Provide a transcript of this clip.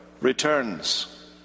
returns